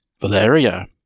Valeria